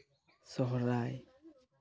ᱥᱚᱨᱦᱟᱭ